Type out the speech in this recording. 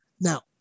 Now